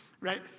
Right